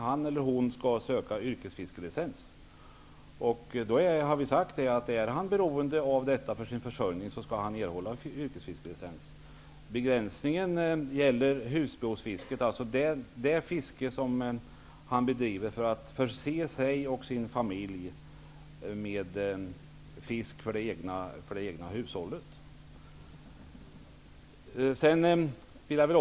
Han eller hon skall söka yrkesfiskelicens. Vi har sagt att om han är beroende av detta för sin försörjning, så skall han erhålla yrkesfiskarlicens. Begränsningen gäller husbehovfisket, alltså det fiske man bedriver för att förse sig och sin familj med fisk för det egna hushållet.